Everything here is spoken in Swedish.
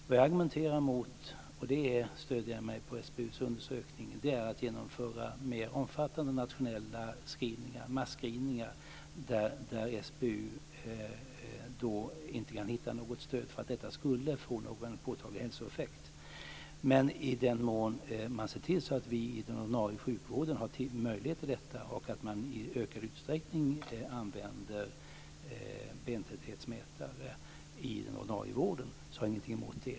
Det jag argumenterar emot - och i det avseendet stöder jag mig på SBU:s undersökning - är att man ska genomföra en mer omfattande nationell screening, masscreening. SBU inte kan hitta något stöd för att detta skulle få någon påtaglig hälsoeffekt. Men att man ser till att vi i den ordinarie sjukvården har möjlighet till detta och att man i ökad utsträckning använder bentäthetsmätare i den ordinarie vården har jag ingenting emot.